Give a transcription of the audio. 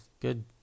good